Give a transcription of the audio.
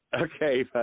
Okay